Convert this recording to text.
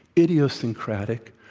idiosyncratic,